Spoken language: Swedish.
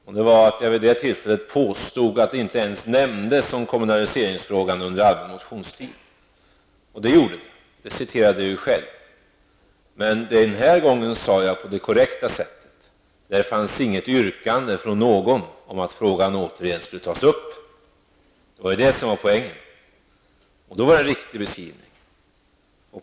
Jag påstod vid det tillfället att kommunaliseringsfrågan inte ens nämndes under allmänna motionstiden. Men den nämndes, jag citerade det själv. Den här gången sade jag på det korrekta sättet. Det fanns inget yrkande från någon om att frågan återigen skulle tas upp. Det var det som var poängen. Då var det en riktig beskrivning.